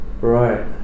Right